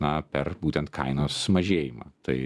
na per kainos mažėjimą tai